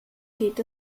geht